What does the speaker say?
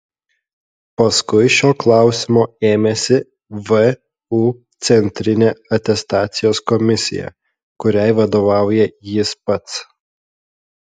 paskui šio klausimo ėmėsi vu centrinė atestacijos komisija kuriai vadovauja jis pats